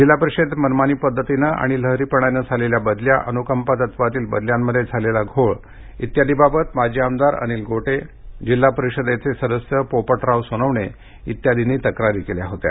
जिल्हा परिषदेत मनमानी पद्धतीने व लहरीपणाने झालेल्या बदल्या अनुकंपा तत्त्वातील बदल्यांमध्ये झालेला घोळ आदीबाबत माजी आमदार अनिल गोटे जिल्हा परिषदेचे सदस्य पोपटराव सोनवणे कर्मचारी संघटनांनी तक्रारी केल्या होत्या